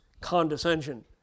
condescension